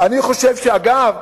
אני חושב שאגב,